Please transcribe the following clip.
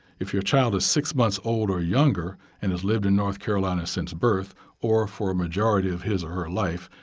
if your child is six months old or younger and has lived in north carolina since birth or for a majority of his or her life,